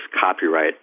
copyright